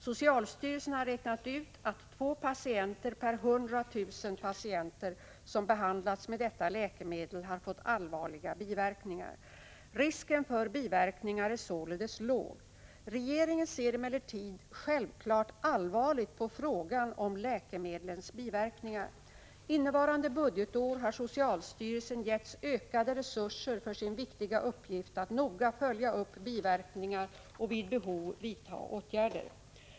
Socialstyrelsen har räknat ut att 2 patienter per 100 000 patienter som behandlats med detta läkemedel har fått allvarliga biverkningar. Risken för biverkningar är således låg. Regeringen ser emellertid självfallet allvarligt på frågan om läkemedlens biverkningar. Innevarande budgetår har socialstyrelsen getts ökade resurser för sin viktiga uppgift att noga följa upp biverkningar och vid behov vidta åtgärder.